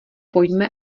pojďme